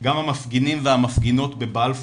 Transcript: גם המפגינים והמפגינות בבלפור,